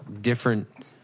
different